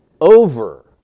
over